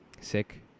sick